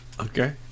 Okay